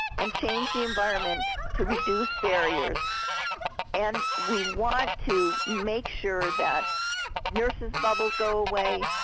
and change the environment to reduce barriers and we want to make sure that nurses bubbles go away,